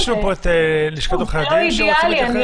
זה לא אידיאלי,